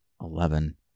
Eleven